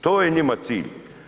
To je njima cilj.